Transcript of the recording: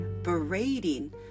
berating